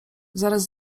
zaraz